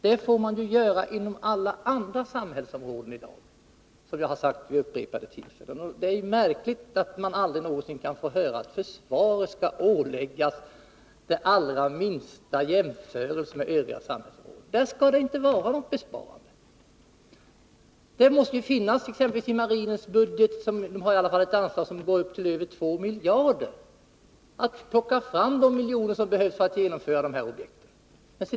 Man får ju spara på alla andra samhällsområden i dag, som jag vid upprepade tillfällen har sagt. Det är märkligt att man när det gäller försvaret aldrig skall åläggas att göra de allra minsta jämförelser med övriga samhällsområden. Där skall det inte vara några besparingar. Det måste ju finnas möjligheter t.ex. i marinens budget — marinen har i alla fall ett anslag som uppgår till över 2 miljarder — att plocka fram de miljoner som behövs för att genomföra de här objekten.